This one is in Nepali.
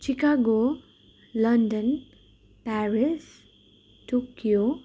Chicago London Paris Tokyo